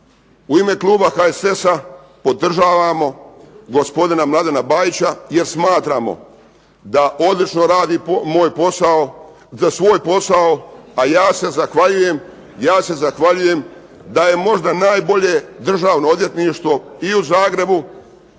U ime kluba HSS-a podržavamo gospodina Mladena Bajića jer smatramo da odlično radi svoj posao a ja se zahvaljujem. Da je možda najbolje Državno odvjetništvo i u Zagrebu